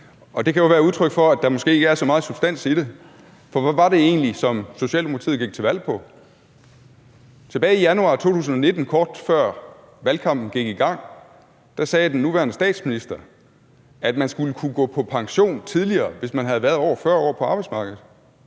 det kan jo være udtryk for, at der måske ikke er så meget substans i det, for hvad var det egentlig, som Socialdemokratiet gik til valg på? Tilbage i januar 2019, kort før valgkampen gik i gang, sagde den nuværende statsminister, at man skulle kunne gå på pension tidligere, hvis man havde været over 40 år på arbejdsmarkedet.